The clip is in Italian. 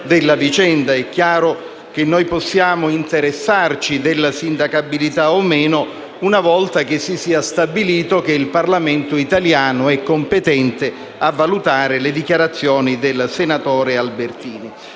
È chiaro che noi possiamo interessarci della sindacabilità o meno una volta che si sia stabilito che il Parlamento italiano è competente a valutare le dichiarazioni del senatore Albertini.